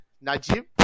Najib